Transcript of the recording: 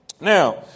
Now